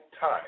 time